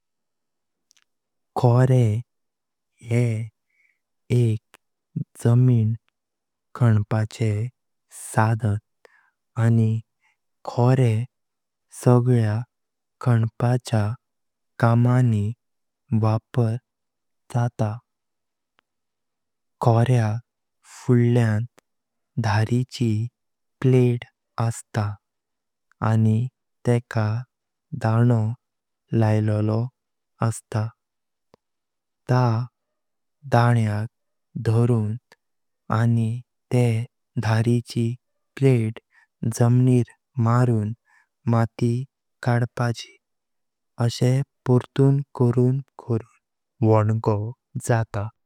कोरे ये एक जमीन खानपाचे सदन आनी कोरे सगल्या खानपाचा कामनी वपार जात। कोर्याक फुल्यां धारीची प्लेट असता आनी तेका दानो लैलोलो असता। त्या दाण्याक धारण आनी ते धारीची प्लेट जमीर मारून मठी कडपाची अशे पार्टून करून करून वोंको जात।